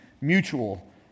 mutual